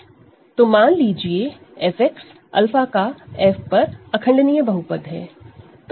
तो मान लीजिए f 𝛂 over F irreducible polynomial है